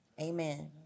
Amen